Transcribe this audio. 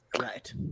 Right